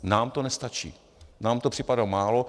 Nám to nestačí, nám to připadá málo.